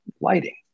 lighting